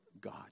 God